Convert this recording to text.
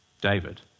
David